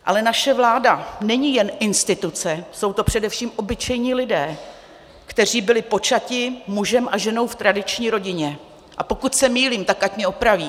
Ale naše vláda není jen instituce, jsou to především obyčejní lidé, kteří byli počati mužem a ženou v tradiční rodině, a pokud se mýlím, tak ať mě opraví.